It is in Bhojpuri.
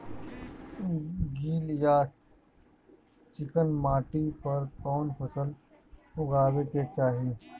गील या चिकन माटी पर कउन फसल लगावे के चाही?